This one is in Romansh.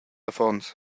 affons